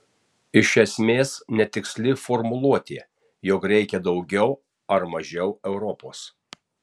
iš esmės netiksli formuluotė jog reikia daugiau ar mažiau europos